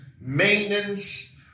maintenance